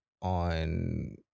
on